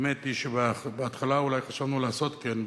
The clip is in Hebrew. האמת היא שבהתחלה אולי חשבנו לעשות כן,